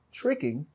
tricking